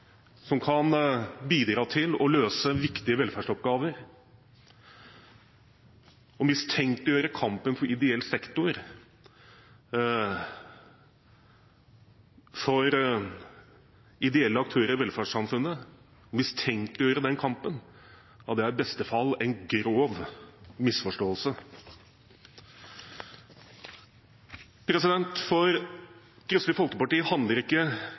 som kan bidra til å løse viktige velferdsoppgaver. Å mistenkeliggjøre kampen for ideell sektor, for ideelle aktører i velferdssamfunnet, er i beste fall en grov misforståelse. For Kristelig Folkeparti handler ikke